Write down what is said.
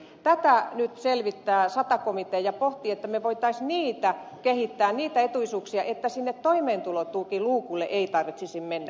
tätä nyt selvittää sata komitea ja pohtii että me voisimme kehittää niitä etuisuuksia että sinne toimeentulotukiluukulle ei tarvitsisi mennä